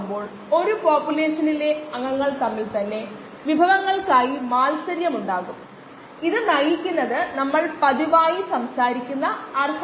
അത് ഫലപ്രദമായി ചെയ്യാൻ ഈ ഫോർമാറ്റ് നമ്മളെ അനുവദിക്കുന്നില്ല